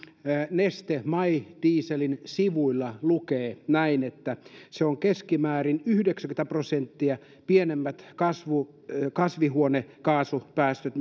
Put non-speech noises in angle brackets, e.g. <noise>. neste my dieselin sivuilla lukee näin että siitä tulee keskimäärin yhdeksänkymmentä prosenttia pienemmät kasvihuonekaasupäästöt <unintelligible>